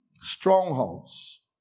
Strongholds